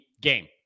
game